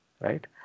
right